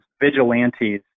vigilantes